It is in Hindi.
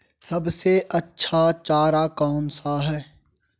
सबसे अच्छा चारा कौन सा है?